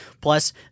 Plus